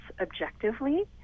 objectively